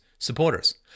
supporters